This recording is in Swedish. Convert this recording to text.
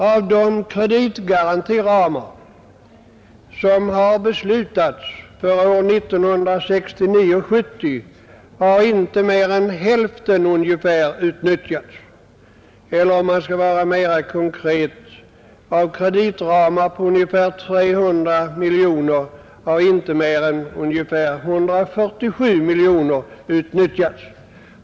Av de kreditgarantiramar som har beslutats för år 1969/70 har inte mer än ungefär hälften utnyttjats, eller om man skall vara mera konkret: av kreditramar på ungefär 300 miljoner har inte mer än omkring 147 miljoner utnyttjats.